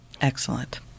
Excellent